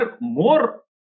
more